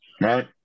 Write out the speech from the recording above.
Right